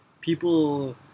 People